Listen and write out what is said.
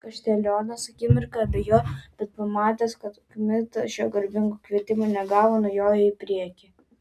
kaštelionas akimirką abejojo bet pamatęs kad kmita šio garbingo kvietimo negavo nujojo į priekį